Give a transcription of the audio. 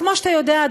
כמו שאתה יודע,